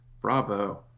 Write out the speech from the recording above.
Bravo